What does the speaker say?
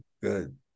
Good